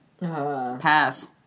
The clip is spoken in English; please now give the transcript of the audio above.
Pass